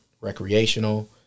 recreational